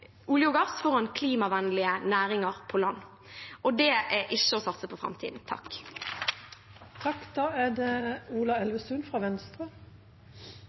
olje og gass foran klimavennlige næringer på land. Det er ikke å satse på framtiden. Verden står overfor enorme omstillinger på grunn av klimaendringer vi møter. Det